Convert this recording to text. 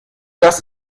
das